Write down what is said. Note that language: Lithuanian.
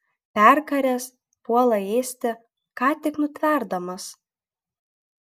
perkaręs puola ėsti ką tik nutverdamas